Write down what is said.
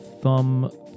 thumb